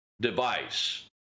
device